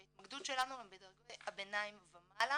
שההתמקדות שלנו היא בדרגות הביניים ומעלה